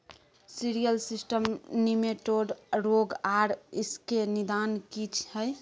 Cereal system nematode रोग आर इसके निदान की हय?